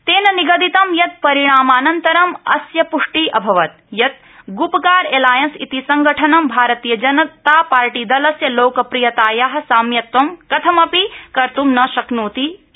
तेन निगदितं यत् परिणामानन्तरं अस्य प्ष्टि अभवत् यत् गुपकार एलायंस इति संघठनम् भारतीय जनता पार्टीदलस्य लोकप्रियताया साम्यत्वं कथमपि कर्त् न शक्नोति इति